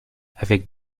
avec